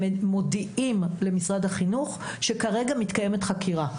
מודיעים למשרד החינוך שכרגע מתקיימת חקירה.